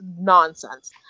nonsense